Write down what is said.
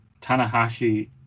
Tanahashi